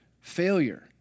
failure